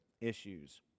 issues